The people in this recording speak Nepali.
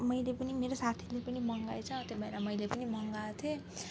मैले पनि मेरो साथीले पनि मगाएछौँ त्यो भएर मैले पनि मगाएको थिएँ